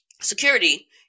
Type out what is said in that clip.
security